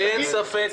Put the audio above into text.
אין ספק,